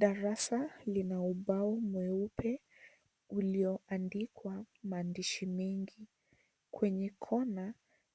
Darasa lina ubao mweupe, ulioandikwa maandishi mengi. Kwenye kona,